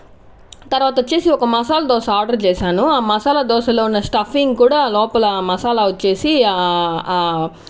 తర్వాత వచ్చేసి ఒక మసాలా దోశ ఆర్డర్ చేశాను ఆ మసాలా దోశలో ఉన్న స్టఫింగ్ కూడా లోపల మసాలా వచ్చేసి